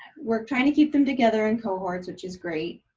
we're trying to keep them together in cohorts, which is great.